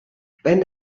wenn